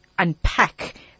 unpack